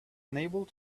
unable